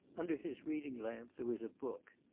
under his reading lamp there was a book.